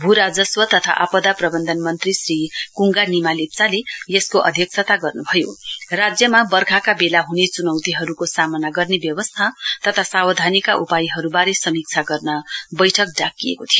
भू राजस्व तथा आपदा प्रबन्धन मन्त्री श्री कुङ्गा निमा लेप्चाले यसको अध्यक्षता गर्नुभयो राज्यमा बर्खाका बेला हुने च्नौतीहरूको सामना गर्ने व्यवस्था तथा सावधानीका उपायहरूबारे समीक्षा गर्न बैठक डाकिएको थियो